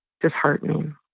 disheartening